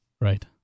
Right